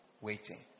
waiting